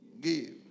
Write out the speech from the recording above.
Give